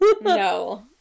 No